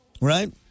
Right